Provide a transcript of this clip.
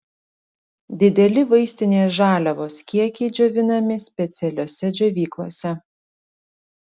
dideli vaistinės žaliavos kiekiai džiovinami specialiose džiovyklose